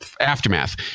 Aftermath